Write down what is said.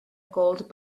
gold